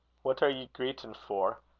what are ye greetin' for?